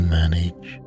manage